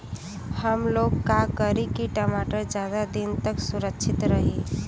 हमलोग का करी की टमाटर ज्यादा दिन तक सुरक्षित रही?